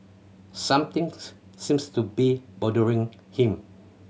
something seems to be bothering him